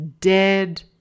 Dead